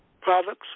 products